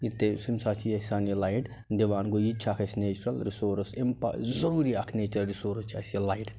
یہِ سان یہِ لایٹ دِوان گوٚو یہِ تہِ چھِ اَکھ اَسہِ نیچرل رِسورٕس ضٔروٗری اَکھ نیچرل رِسورٕس چھِ اَسہِ یہِ لایٹ